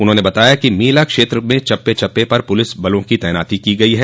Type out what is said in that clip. उन्होंने बताया कि मेला क्षेत्र में चप्पे चप्पे पर पुलिस बलों की तैनाती की गयी है